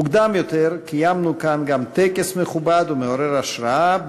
מוקדם יותר קיימנו כאן גם טקס מכובד ומעורר השראה,